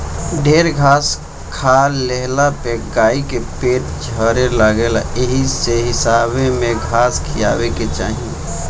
ढेर घास खा लेहला पे गाई के पेट झरे लागेला एही से हिसाबे में घास खियावे के चाही